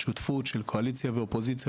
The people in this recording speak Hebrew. שותפות של קואליציה ואופוזיציה,